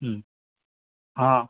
हां